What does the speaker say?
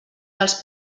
dels